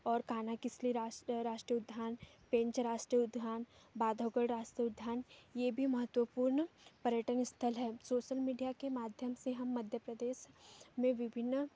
और कान्हा किसली राष्ट्र राष्ट्र उद्यान पेंच राष्ट्र उद्यान बांधवगढ़ राष्ट्र उद्यान ये भी महत्वपूर्ण पर्यटन स्थल हैं सोसल मीडिया के माध्यम से हम मध्य प्रदेश में विभिन्न